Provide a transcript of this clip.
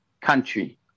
country